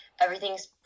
everything's